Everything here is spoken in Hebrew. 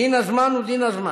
דין הזמן הוא דין הזמן.